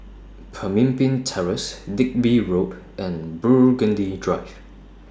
Pemimpin Terrace Digby Road and Burgundy Drive